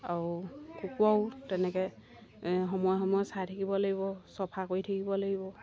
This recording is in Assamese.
আৰু কুকুৰাও তেনেকৈ সময়ে সময়ে চাই থাকিব লাগিব চফা কৰি থাকিব লাগিব